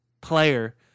player